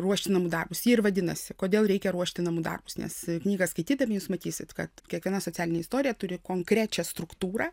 ruošti namų darbus ji ir vadinasi kodėl reikia ruošti namų darbus nes knygą skaitydami jūs matysit kad kiekviena socialinė istorija turi konkrečią struktūrą